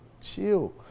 chill